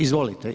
Izvolite.